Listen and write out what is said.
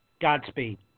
Godspeed